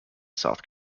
south